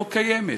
לא קיימת.